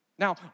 Now